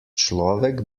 človek